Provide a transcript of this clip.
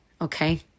Okay